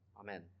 Amen